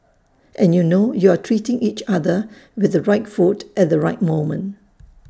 and you know you are treating each other with the right food at the right moment